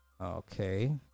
Okay